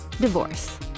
divorce